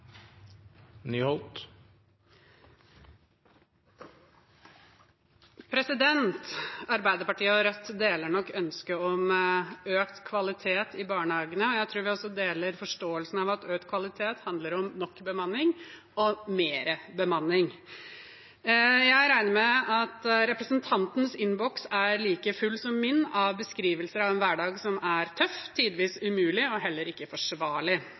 Arbeiderpartiet og Rødt deler nok ønsket om økt kvalitet i barnehagene, og jeg tror vi også deler forståelsen av at økt kvalitet handler om nok bemanning og mer bemanning. Jeg regner med at representantens innboks er like full som min av beskrivelser av en hverdag som er tøff, tidvis umulig og heller ikke forsvarlig.